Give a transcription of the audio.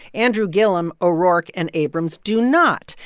andrew gillum, o'rourke and abrams do not.